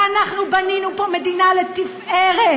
ואנחנו בנינו פה מדינה לתפארת,